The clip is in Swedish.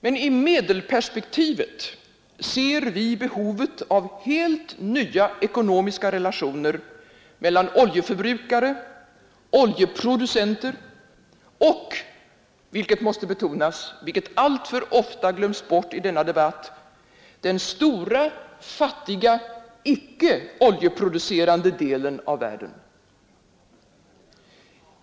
Men i medelperspektivet ser vi behovet av helt nya ekonomiska relationer mellan oljeförbrukare, oljeproducenter och — vilket måste betonas, eftersom det alltför ofta glöms bort i denna debatt — den stora, fattiga icke oljeproducerande delen av världen.